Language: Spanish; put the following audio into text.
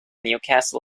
newcastle